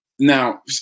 Now